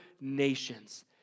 nations